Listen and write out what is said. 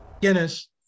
Guinness